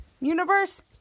Universe